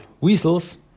weasels